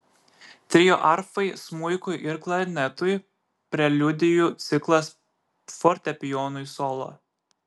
trio arfai smuikui ir klarnetui preliudijų ciklas fortepijonui solo